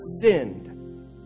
sinned